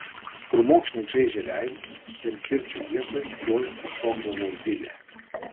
krūmokšniai čaižė veidus ir kirčio vietoj tuoj iššokdavo vilė